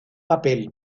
papel